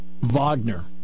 Wagner